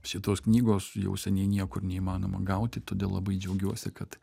šitos knygos jau seniai niekur neįmanoma gauti todėl labai džiaugiuosi kad